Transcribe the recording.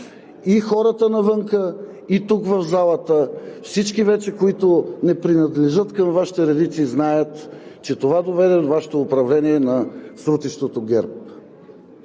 и хората навън, и тук в залата, всички вече, които не принадлежат към Вашите редици, знаят, че това доведе до Вашето управление на срутището в